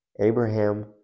Abraham